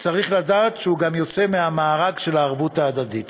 צריך לדעת שהוא גם יוצא מהמארג של הערבות ההדדית.